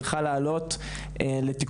חשוב לומר שטרם התקבלה החלטה לגבי כספים